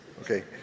Okay